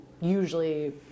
usually